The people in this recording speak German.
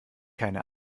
keine